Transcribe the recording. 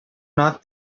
not